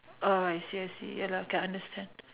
oh I see I see ya lah can understand